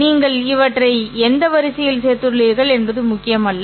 நீங்கள் அவற்றை எந்த வரிசையில் சேர்த்துள்ளீர்கள் என்பது முக்கியமல்ல